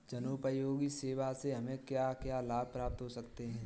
जनोपयोगी सेवा से हमें क्या क्या लाभ प्राप्त हो सकते हैं?